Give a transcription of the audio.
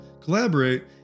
collaborate